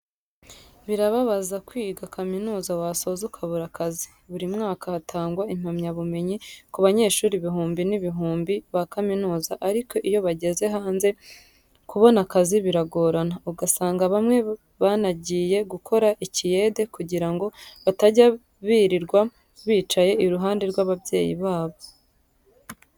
Birababaza kwiga kaminuza wasoza ukabura akazi. Buri mwaka hatangwa impamyabumenyi ku banyeshuri ibihumbi n'ibihumbi ba kaminuza ariko iyo bageze hanze kubona akazi biragorana, ugasanga bamwe banagiye gukora ikiyede kugira ngo batajya birirwa bicaye iruhande rw'ababyeyi babo.